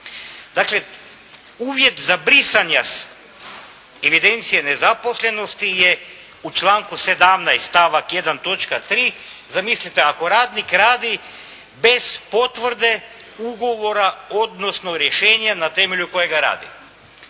Dakle uvjet za brisanja evidencije nezaposlenosti je u članku 17., stavak 1., točka 3. Zamislite ako radnik radi bez potvrde ugovora odnosno rješenja na temelju kojega radi.